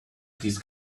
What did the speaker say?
this